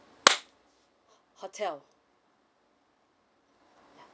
hotel